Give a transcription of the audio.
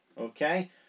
okay